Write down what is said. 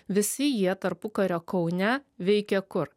visi jie tarpukario kaune veikė kur